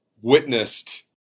witnessed